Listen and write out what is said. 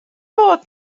bod